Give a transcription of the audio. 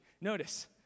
Notice